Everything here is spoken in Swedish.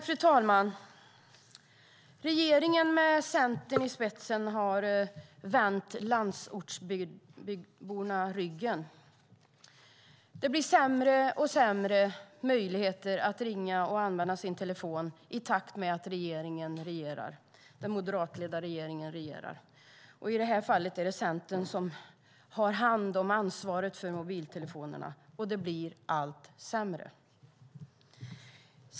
Fru talman! Regeringen med Centern i spetsen har vänt landsortsborna ryggen. Det blir sämre och sämre möjligheter att ringa och använda sin telefon i takt med att den moderatledda regeringen regerar. Det är Centern som har ansvaret för mobiltelefonin, och det blir allt sämre.